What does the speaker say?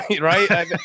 right